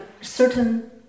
certain